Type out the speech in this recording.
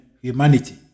humanity